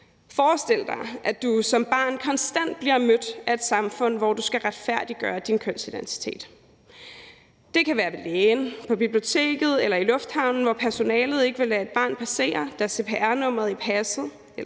Forestil dig, at du som barn konstant bliver mødt af et samfund, hvor du skal retfærdiggøre din kønsidentitet. Det kan være hos lægen, på biblioteket eller i lufthavnen, hvor personalet ikke vil lade et barn passere, da krydset i passet ikke